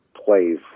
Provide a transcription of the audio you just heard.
plays